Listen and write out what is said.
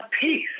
peace